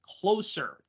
closer